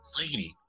lady